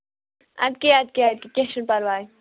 اَدٕ کیٛاہ اَدٕ کیٛاہ اَدٕ کیاہ کیٚنٛہہ چھُنہٕ پَرواے